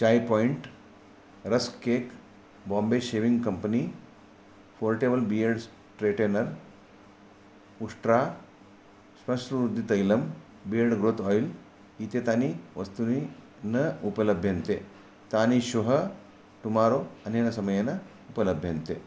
चाय् point rusk cake Bombay shaving company portable beard straightener उष्ट्रा श्मश्रुवृद्धितैलं beard growth oil इत्येतानि वस्तूनि न उपलभ्यन्ते तानि श्वः टुमारो अनेन समयेन उपलभ्यन्ते